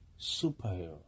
superhero